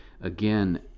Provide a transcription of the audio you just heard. again